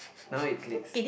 now it clicks